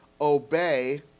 Obey